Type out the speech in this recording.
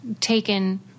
taken